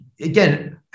again